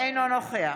אינו נוכח